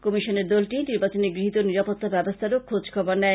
কমিশনের দলটি নির্বাচনে গৃহীত নিরাপত্তা ব্যবস্থারও খোজ খবর নেয়